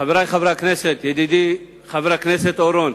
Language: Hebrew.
חברי חברי הכנסת, ידידי חבר הכנסת אורון,